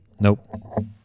Nope